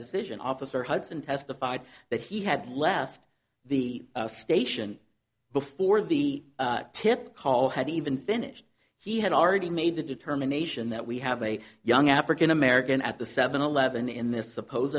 decision officer hudson testified that he had left the station before the tip call had even finished he had already made the determination that we have a young african american at the seven eleven in this suppose